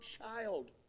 child